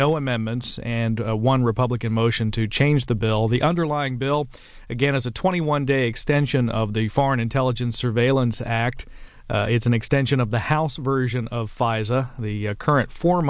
no amendments and one republican motion to change the bill the underlying bill again as a twenty one day extension of the foreign intelligence surveillance act it's an extension of the house version of the current fo